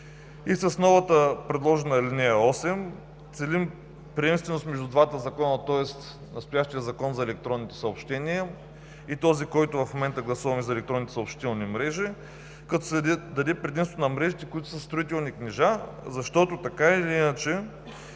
С новата предложена ал. 8 целим приемственост между двата закона, тоест настоящия Закон за електронните съобщения и този, който в момента гласуваме – за електронните съобщителни мрежи, като се даде предимството на мрежите, които са със строителни книжа. Защото така или иначе